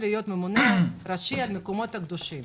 להיות הממונה הראשי על המקומות הקדושים.